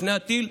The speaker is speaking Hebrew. לפני הטיל,